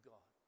God